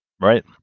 Right